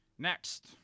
Next